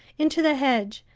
into the hedge,